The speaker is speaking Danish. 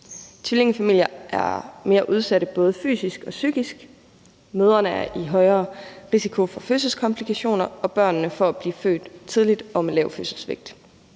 Tvillingefamilier er mere udsatte både fysisk og psykisk, mødrene er i højere risiko for fødselskomplikationer og børnene for at blive født tidligt og med lav fødselsvægt.